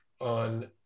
on